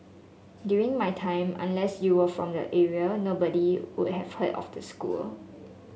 during my time unless you were from the area nobody would have heard of the school